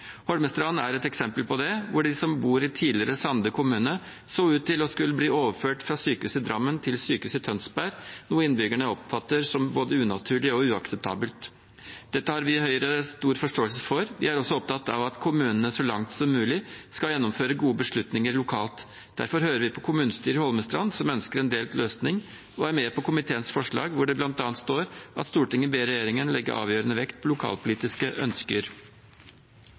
Holmestrand er et eksempel på det, hvor de som bor i tidligere Sande kommune, så ut til å skulle bli overført fra sykehuset i Drammen til sykehuset i Tønsberg, noe innbyggerne oppfatter som både unaturlig og uakseptabelt. Dette har vi i Høyre stor forståelse for. Vi er også opptatt av at kommunene så langt som mulig skal gjennomføre gode beslutninger lokalt. Derfor hører vi på kommunestyret i Holmestrand, som ønsker en delt løsning, og er med på komiteens forslag, hvor det bl.a. står at «Stortinget ber regjeringen legge avgjørende vekt på lokalpolitiske ønsker».